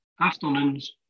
afternoons